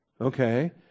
Okay